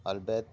البیت